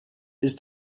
ist